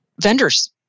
vendors